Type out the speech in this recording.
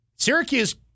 Syracuse